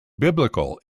biblical